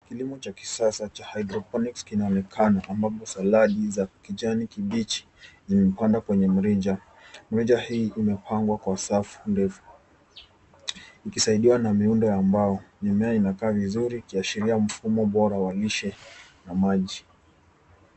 Kilimo cha kisasa cha hydroponics kinaonekana, ambapo saladi za kijani kibichi zimepandwa kwenye mrija. Mrija hii imepangwa kwa safu ndefu ikisaidiwa na miundo ya mbao. Mimea inakaa vizuri, ikiashiria mfumo bora wa lishe na maji.